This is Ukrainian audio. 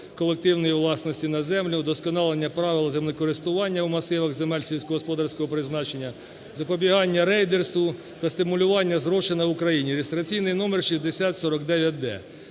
колективної власності на землю, вдосконалення правил землекористування в масивах земель сільськогосподарського призначення, запобігання рейдерству та стимулювання зрошення на Україні (реєстраційний номер 6049-д),